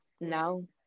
no